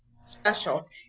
Special